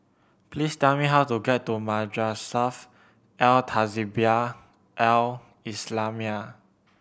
please tell me how to get to Madrasah Al Tahzibiah Al Islamiah